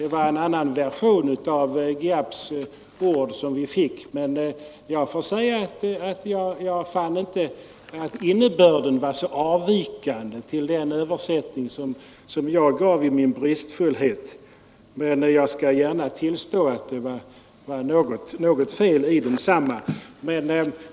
Det var en annan version av Giaps ord han gav oss, men jag kunde inte finna att innebörden var så avvikande från den som framgick av den översättning som jag i min ”bristfullhet” gav. Jag skall emellertid gärna tillstå att det var någon felaktighet i ordvalet.